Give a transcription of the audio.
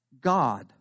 God